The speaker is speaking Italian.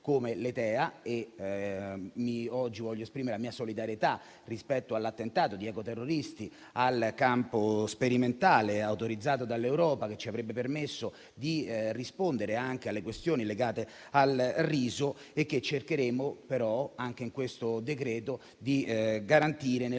(TEA). Oggi voglio esprimere la mia solidarietà rispetto all'attentato di ecoterroristi al campo sperimentale, autorizzato dall'Europa, che ci avrebbe permesso di rispondere anche alle questioni legate al riso, che cercheremo però anche in questo decreto di garantire nella